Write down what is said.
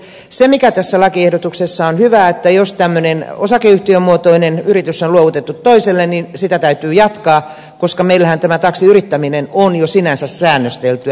se mikä tässä lakiehdotuksessa on hyvää on se että jos tämmöinen osakeyhtiömuotoinen yritys on luovutettu toiselle niin sitä täytyy jatkaa koska meillähän tämä taksiyrittäminen on jo sinänsä säännösteltyä